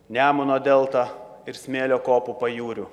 nemuno delta ir smėlio kopų pajūriu